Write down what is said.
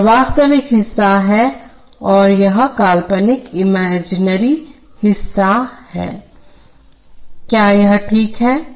तो यह वास्तविक हिस्सा है और यह काल्पनिकइमेजिन हिस्सा है क्या यह ठीक है